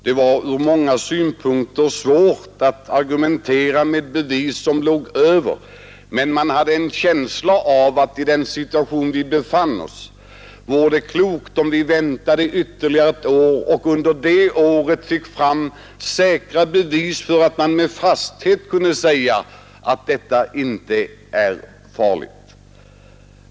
Det var från många synpunkter svårt att argumentera med bevis som tog över, och man hade en känsla av att det i den situation där vi befann oss vore klokt att vänta ytterligare ett år och under det året söka få fram säkra bevis, så att man med säkerhet skulle kunna säga att detta inte är farligt.